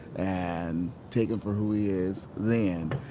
and take him for who he is then,